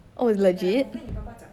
oh is legit